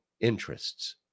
interests